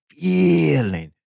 feeling